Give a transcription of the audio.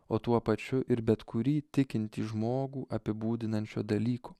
o tuo pačiu ir bet kurį tikintį žmogų apibūdinančio dalyko